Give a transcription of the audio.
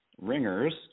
ringers